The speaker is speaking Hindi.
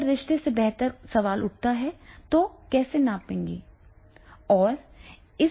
अगर रिश्ते से बेहतर है सवाल उठता है कि इसे कैसे मापें